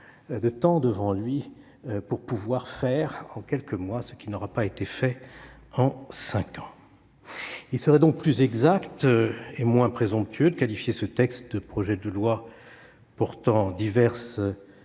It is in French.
de temps devant lui pour faire en quelques mois ce qui n'aurait pas été fait en cinq ans. Il serait donc plus exact et moins présomptueux d'intituler ce texte « projet de loi portant diverses